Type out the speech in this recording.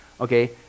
okay